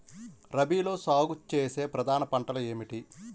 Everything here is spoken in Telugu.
రబీలో సాగు చేసే ప్రధాన పంటలు ఏమిటి?